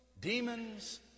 demons